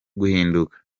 guhinduka